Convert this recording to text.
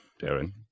Darren